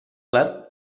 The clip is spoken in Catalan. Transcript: plat